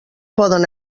poden